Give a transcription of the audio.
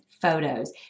photos